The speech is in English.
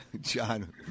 John